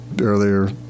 earlier